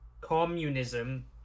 communism